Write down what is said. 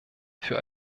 für